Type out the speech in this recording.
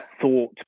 thought